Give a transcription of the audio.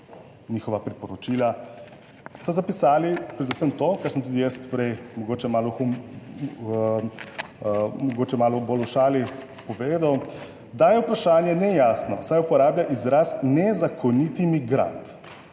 njihova priporočila. So zapisali predvsem to, kar sem tudi jaz prej mogoče malo v, mogoče malo bolj v šali povedal, da je vprašanje nejasno, saj uporablja izraz nezakoniti migrant.